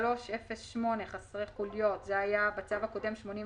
0308 חסרי חוליות זה היה בצו הקודם 87